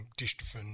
dystrophin